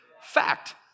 Fact